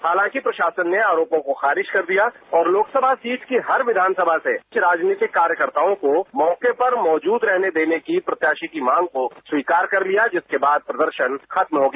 हालांकि प्रशासन ने आरोपों को खारिज कर दिया और लोकसभा सीट की हर विधानसभा से राजनीतिक कार्यकर्ताओं को मौके पर मौजूद रहने देने की प्रत्याशी की मांग को स्वीकार कर लिया जिसके बाद प्रदर्शन खत्म हो गया